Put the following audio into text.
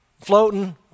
floating